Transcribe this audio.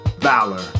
Valor